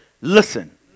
listen